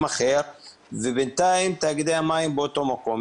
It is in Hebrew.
אחר ובינתיים תאגידי המים באותו מקום.